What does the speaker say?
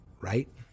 right